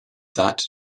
that